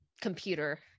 computer